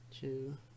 two